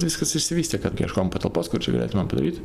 viskas išsivystė kad ieškojom patalpos kur čia galėtumėm padaryt